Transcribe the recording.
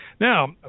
Now